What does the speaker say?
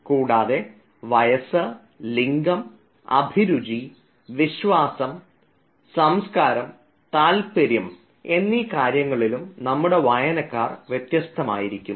കൂടാതെ വയസ്സ് ലിംഗം അഭിരുചി വിശ്വാസം സംസ്കാരം താല്പര്യം എന്നീ കാര്യങ്ങളിലും നമ്മുടെ വായനക്കാർ വ്യത്യസ്തമായിരിക്കും